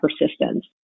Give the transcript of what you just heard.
persistence